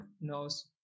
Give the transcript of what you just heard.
knows